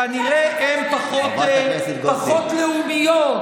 -- כנראה שהן פחות לאומיות,